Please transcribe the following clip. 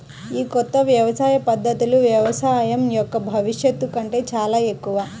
ఈ కొత్త వ్యవసాయ పద్ధతులు వ్యవసాయం యొక్క భవిష్యత్తు కంటే చాలా ఎక్కువ